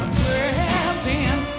present